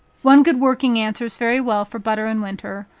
one good working answers very well for butter in winter,